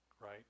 right